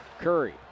Curry